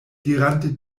dirante